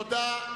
תודה.